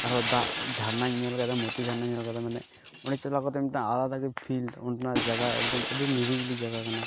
ᱟᱨᱦᱚᱸ ᱫᱟᱜ ᱡᱷᱟᱨᱱᱟᱭ ᱧᱮᱞ ᱟᱠᱟᱫᱟ ᱢᱳᱛᱤ ᱡᱷᱟᱨᱱᱟᱧ ᱧᱮᱞ ᱟᱠᱟᱫᱟ ᱢᱟᱱᱮ ᱚᱸᱰᱮ ᱪᱟᱞᱟᱣ ᱠᱟᱛᱮᱫ ᱢᱤᱫᱴᱟᱝ ᱟᱞᱟᱫᱟᱜᱮ ᱯᱷᱤᱞ ᱚᱸᱰᱮᱱᱟᱜ ᱡᱟᱭᱜᱟ ᱮᱠᱫᱚᱢ ᱟᱹᱰᱤ ᱱᱤᱨᱤᱵᱤᱞᱤ ᱡᱟᱜᱟ ᱠᱟᱱᱟ